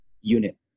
unit